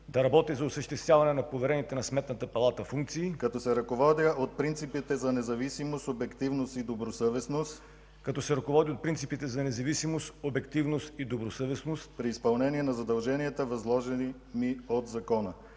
да работя за осъществяването на поверените на Сметната палата функции като се ръководя от принципите за независимост, обективност и добросъвестност при изпълнение на задълженията, възложени ми от закона.